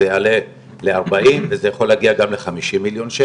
זה יעלה לארבעים וזה יכול להגיע גם לחמישים מיליון שקל.